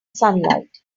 sunlight